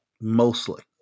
mostly